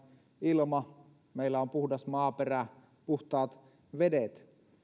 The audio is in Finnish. ilma ja meillä on puhdas maaperä puhtaat vedet